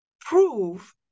prove